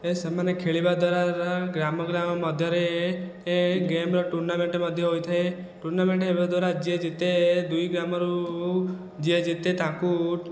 ଏ ସେମାନେ ଖେଳିବା ଦ୍ଵାରା ଗ୍ରାମ ଗ୍ରାମ ମଧ୍ୟରେ ଏ ଗେମ୍ର ଟୁର୍ଣ୍ଣାମେଣ୍ଟ ମଧ୍ୟ ହୋଇଥାଏ ଟୁର୍ଣ୍ଣାମେଣ୍ଟ ହେବା ଦ୍ଵାରା ଯିଏ ଜିତେ ଦୁଇ ଗ୍ରାମରୁ ଯିଏ ଜିତେ ତାକୁ